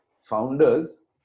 founders